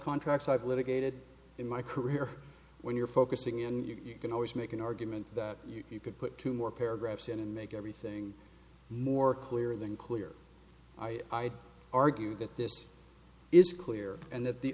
contracts i've litigated in my career when you're focusing and you can always make an argument that you could put two more paragraphs in and make everything more clear than clear i argue that this is clear and that the